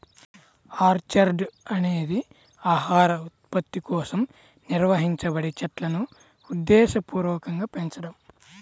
orchard అనేది ఆహార ఉత్పత్తి కోసం నిర్వహించబడే చెట్లును ఉద్దేశపూర్వకంగా పెంచడం